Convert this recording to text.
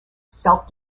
self